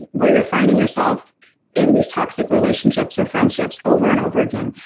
where you're finding yourself in these toxic relationships or friendships over and over again,